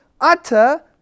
utter